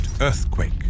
earthquake